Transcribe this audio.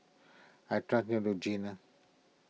I trust Neutrogena